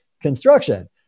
construction